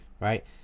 right